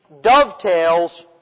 dovetails